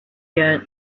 yet